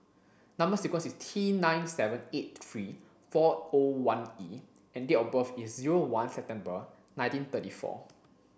number sequence is T nine seven eight three four O one E and date of birth is zero one September nineteen thirty four